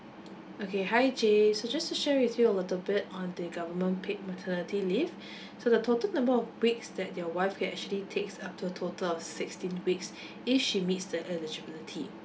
okay hi jay so just to share with you a little bit on the government paid maternity leave so the total number of weeks that your wife get actually takes up to a total of sixteen weeks if she meets the eligibility